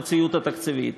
המציאות התקציבית.